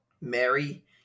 Mary